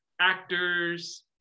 actors